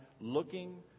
looking